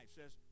says